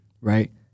right